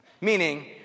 Meaning